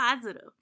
positive